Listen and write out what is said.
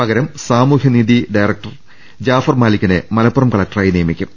പകരം സാമൂഹ്യനീതി ഡയറക്ടർ ജാഫർ മാലിക്കിനെ മലപ്പുറം കലക്ടറായി നിയമിക്കും